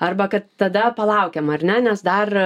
arba kad tada palaukiam ar ne nes dar